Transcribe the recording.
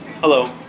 Hello